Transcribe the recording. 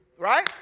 Right